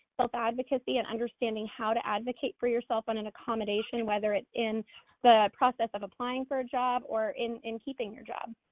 both the advocacy and understanding how to advocate for yourself in an accommodation, whether it's in the process of applying for a job or in in keeping your job.